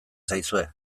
zaizue